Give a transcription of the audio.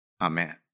Amen